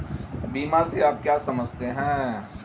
बीमा से आप क्या समझते हैं?